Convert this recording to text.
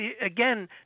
again